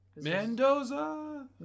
Mendoza